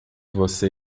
você